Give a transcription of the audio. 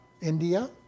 India